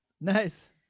Nice